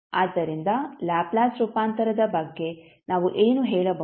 ಆದ್ದರಿಂದ ಲ್ಯಾಪ್ಲೇಸ್ ರೂಪಾಂತರದ ಬಗ್ಗೆ ನಾವು ಏನು ಹೇಳಬಹುದು